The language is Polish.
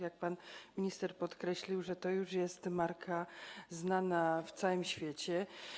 Jak pan minister podkreślił, to już jest marka znana na całym świecie.